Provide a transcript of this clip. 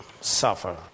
suffer